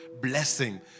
blessing